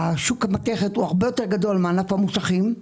שוק המתכת הוא הרבה יותר גדול מענף המוסכים,